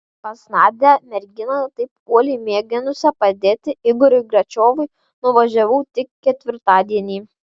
pas nadią merginą taip uoliai mėginusią padėti igoriui gračiovui nuvažiavau tik ketvirtadienį